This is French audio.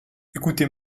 écoutez